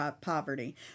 poverty